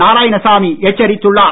நாராயணசாமி எச்சரித்துள்ளார்